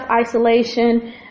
isolation